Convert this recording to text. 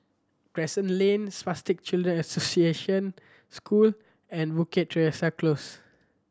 Crescent Lane Spastic Children Association School and Bukit Teresa Close